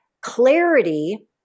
clarity